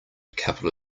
couple